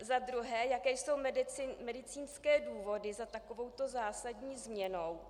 Za druhé, jaké jsou medicínské důvody za takovouto zásadní změnou.